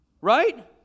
right